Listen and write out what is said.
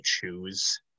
choose